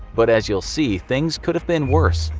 but as you'll see, things could have been worse.